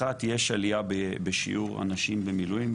אחת יש עליה בשיעור הנשים במילואים,